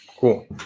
Cool